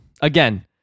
again –